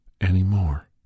anymore